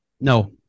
No